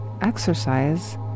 exercise